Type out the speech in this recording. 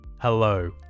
Hello